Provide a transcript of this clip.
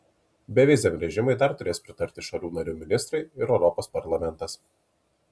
beviziam režimui dar turės pritarti šalių narių ministrai ir europos parlamentas